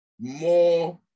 more